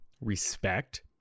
respect